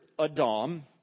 Adam